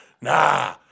Nah